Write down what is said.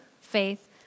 faith